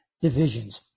Divisions